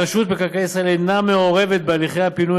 רשות מקרקעי ישראל אינה מעורבת בהליכי הפינוי